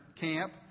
camp